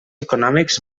econòmics